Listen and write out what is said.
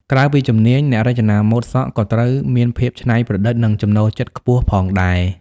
ក្រៅពីជំនាញ អ្នករចនាម៉ូដសក់ក៏ត្រូវមានភាពច្នៃប្រឌិតនិងចំណូលចិត្តខ្ពស់ផងដែរ។